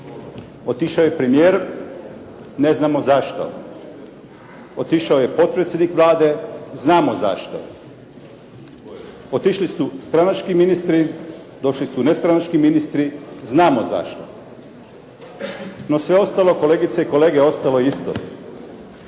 Otišao je premijer, ne znamo zašto. Otišao je potpredsjednik Vlade, znamo zašto. Otišli su stranački ministri, došli su nestranački ministri, znamo zašto. No sve ostalo kolegice i kolege ostalo je isto.